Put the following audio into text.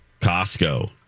Costco